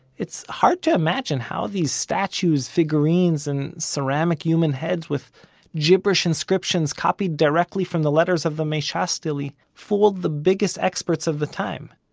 it's hard to imagine how these statues, figurines and ceramic human heads with gibberish inscriptions copied directly from the letters of the mesha stele, fooled the biggest experts of the time.